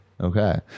okay